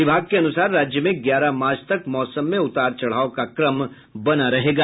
विभाग के अनुसार राज्य में ग्यारह मार्च तक मौसम में उतार चढ़ाव का क्रम बना रहेगा